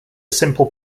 simple